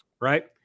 right